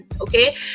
okay